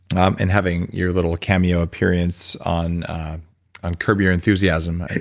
um and having your little cameo appearance on on curb your enthusiasm,